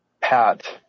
Pat